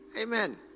Amen